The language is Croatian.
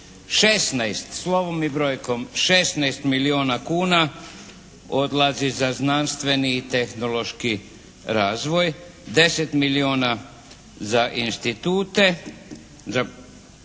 16 milijuna kuna odlazi za znanstveni i tehnološki razvoj, 10 milijuna za institute, za